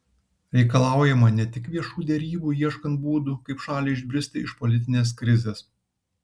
reikalaujama ne tik viešų derybų ieškant būdų kaip šaliai išbristi iš politinės krizės